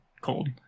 cold